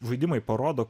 žaidimai parodo